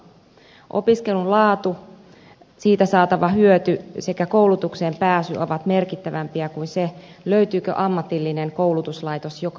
opiskelun laatu siitä saatava hyöty sekä koulutukseen pääsy ovat merkittävämpiä kuin se löytyykö ammatillinen koulutuslaitos joka kylästä